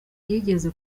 yigeze